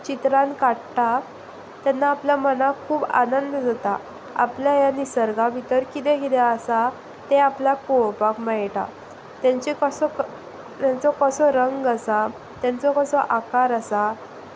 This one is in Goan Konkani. चित्रान काडटा तेन्ना आपल्या मनाक खूब आनंद जाता आपल्या ह्या निसर्गा भितर किदें किदें आसा तें आपल्याक पळोवपाक मेळटा तांचो कसो तांचो कसो रंग आसा तांचो कसो आकार आसा